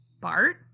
Bart